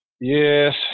Yes